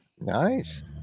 Nice